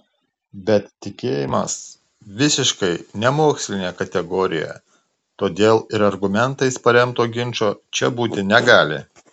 bet tikėjimas visiškai nemokslinė kategorija todėl ir argumentais paremto ginčo čia būti negali